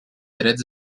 drets